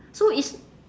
so it's